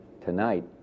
Tonight